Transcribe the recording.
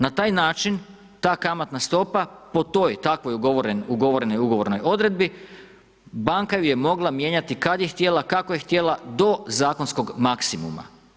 Na taj način ta kamatna stopa po toj, takvoj ugovorenoj ugovornoj odredbi banka ju je mogla mijenjati kad je htjela, kako je htjela do zakonskog maksimuma.